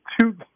two